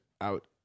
out